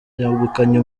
yegukanye